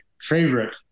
favorite